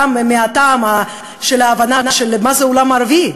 גם מהטעם של ההבנה של מה זה העולם הערבי,